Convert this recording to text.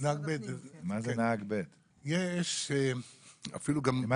אני